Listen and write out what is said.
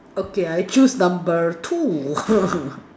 okay I choose number two